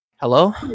Hello